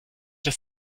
das